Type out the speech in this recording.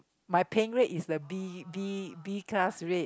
my paying rate is the B B B class rate